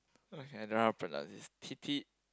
okay I don't know how to pronounce this T T